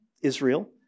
Israel